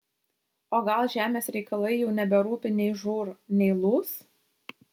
o gal žemės reikalai jau neberūpi nei žūr nei lūs